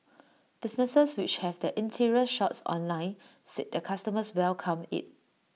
businesses which have their interior shots online said their customers welcome IT